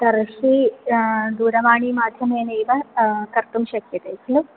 तर्हि दूरवाणीमाध्यमेनैव कर्तुं शक्यते खलु